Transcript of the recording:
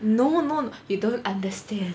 no no you don't understand